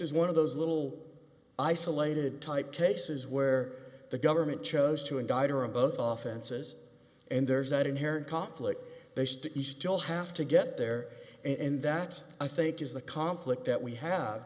is one of those little isolated type cases where the government chose to indict or a both off and says and there's that inherent conflict based you still have to get there in that's i think is the conflict that we have